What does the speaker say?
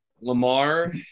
Lamar